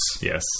Yes